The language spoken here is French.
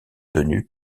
tenues